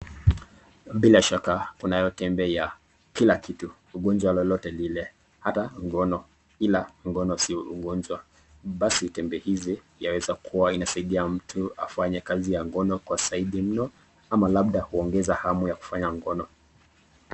Bila shaka, kunayo tembe ya kila kitu, ugonjwa lolote lile, hata ngono, ila ngono sio ugonjwa basi tembe hizi inasaidia mtu katika mtu afanye kazi ya ngono kwa zaidi mno, ama labda kuongeza hamu ya kufanya ngono.